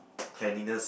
cleanliness